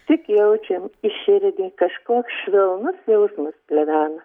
tik jaučiam į širdį kažkoks švelnus jausmas plevena